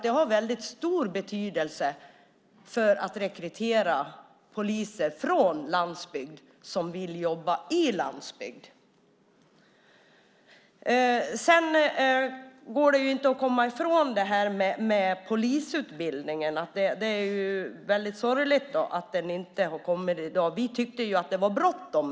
Det har stor betydelse för rekryteringen av poliser från landsbygden som sedan vill jobba på landsbygden. Vad gäller polisutredningen går det inte att komma ifrån att det är sorgligt att den ännu inte kommit. Vi tyckte att det var bråttom.